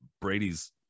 Brady's